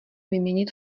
vyměnit